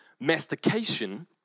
mastication